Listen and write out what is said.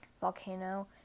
Volcano